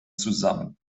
zusammen